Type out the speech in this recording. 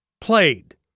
played